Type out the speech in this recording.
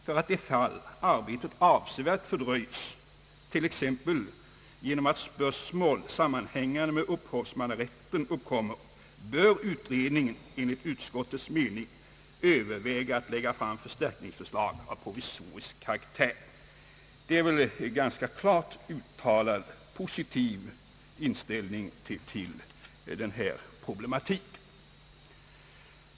För det fall arbetet avsevärt fördröjs — t.ex. genom att spörsmål sammanhängande med upphovsmannarätten uppkommer — bör utredningen enligt utskottets mening överväga att lägga fram förstärkningsförslag av provisorisk karaktär.» Det är väl en ganska klart uttalad positiv inställning till den här problematiken.